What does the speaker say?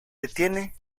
detiene